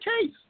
case